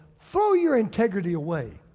throw your integrity away.